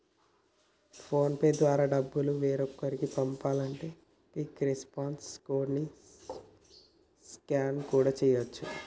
phone pay ద్వారా డబ్బులు వేరొకరికి పంపాలంటే క్విక్ రెస్పాన్స్ కోడ్ ని స్కాన్ కూడా చేయచ్చు